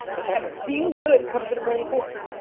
and being good comes in a million forms.